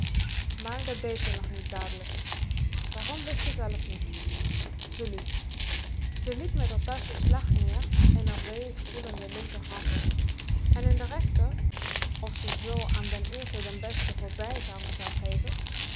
maar dat dee ze nog niet dadelijk waarom wist ze zelf niet ze liep ze liep met dronken voeten onvast van heupen ze liep met t taschje slag neer in r weeig aanvoelende linkerhand en in de rechter of ze m zoo aan den eersten den besten voorbijganger zou geven